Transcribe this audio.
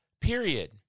Period